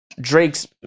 Drake's